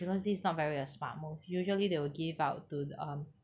because this not very a smart move usually they will give out to the um